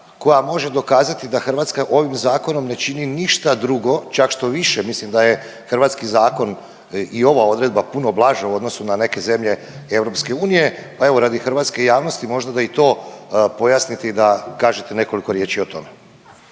koja može dokazati da Hrvatska ovim zakonom ne čini ništa drugo, čak štoviše, mislim da je hrvatski zakon i ova odredba puno blaža u odnosu na neke zemlje EU pa evo radi hrvatske javnosti možda da i to pojasnite i da kažete nekoliko riječi o tome.